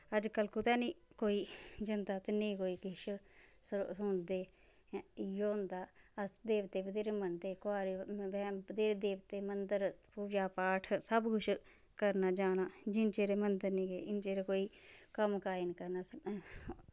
अजकल कुतै नी कोई जंदा ते नेंई कुछ छड़े सौंदे इयो होंदा अस देवते बत्थेरे मनदे कुआरे होंदै बत्थेरे देवते मन्दर पूजा पाठ सब कुछ करना जाना जिन्ने चिर मन्दर नी गे इन्ने चिर कोई कम्म काज़ नी करना असें